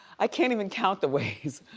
i can't even count the ways.